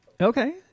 Okay